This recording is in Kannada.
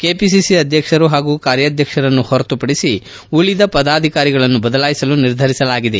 ಕೆಪಿಸಿಸಿ ಅಧ್ಯಕ್ಷರು ಹಾಗೂ ಕಾರ್ಯಾಧ್ಯಕ್ಷರನ್ನು ಹೊರತುಪಡಿಸಿ ಉಳಿದ ಪದಾಧಿಕಾರಿಗಳನ್ನು ಬದಲಾಯಿಸಲು ನಿರ್ಧರಿಸಲಾಗಿದೆ